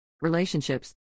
Relationships